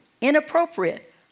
inappropriate